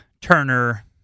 Turner